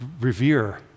revere